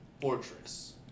fortress